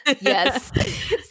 yes